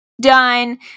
done